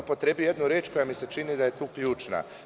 Upotrebio je jednu reč za koju mi se čini da je ključna.